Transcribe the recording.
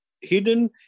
hidden